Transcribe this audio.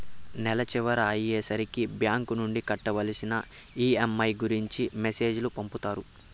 నెల చివర అయ్యే సరికి బ్యాంక్ నుండి కట్టవలసిన ఈ.ఎం.ఐ గురించి మెసేజ్ లు పంపుతారు